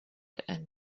and